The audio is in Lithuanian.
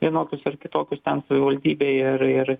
vienokius ar kitokius ten savivaldybei ir ir